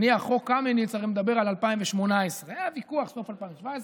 חוק קמיניץ הרי מדבר על 2018. היה ויכוח בסוף 2017,